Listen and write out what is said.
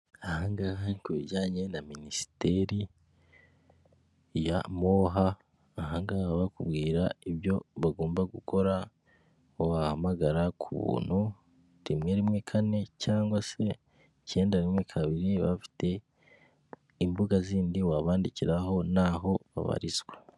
Ahangaha ku bijyanye na minisiteri ya MoH, ahangaha baba bakubwira ibyo bagomba gukora wahamagara ku buntu: rimwe, rimwe, kane, cyangwa se icyenda, rimwe, kabiri. Bafite imbuga zindi wabandikiraho n'aho babarizwa.